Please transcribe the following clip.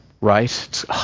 right